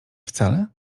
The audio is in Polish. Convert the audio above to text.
wcale